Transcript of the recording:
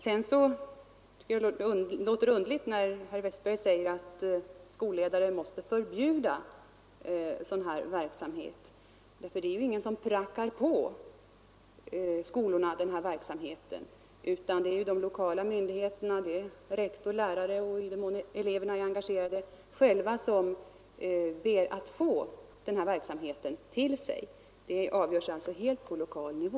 Det låter underligt när herr Westberg säger att skolledare måste förbjuda sådan här verksamhet. Det är ju ingen som prackar på skolorna den här verksamheten, utan det är de lokala myndigheterna, rektor, lärare och eleverna själva i den mån de är engagerade som ber att få verksamheten. Det avgörs alltså helt på lokal nivå.